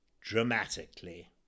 dramatically